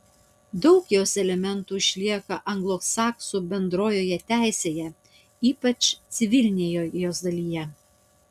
daug jos elementų išlieka anglosaksų bendrojoje teisėje ypač civilinėje jos dalyje